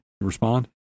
respond